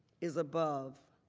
is above